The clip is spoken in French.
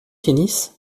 tennis